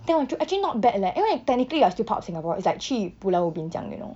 then 我就 actually not bad leh 因为 technically you are still part of singapore it's like 去 pulau ubin 这样 you know